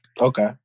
Okay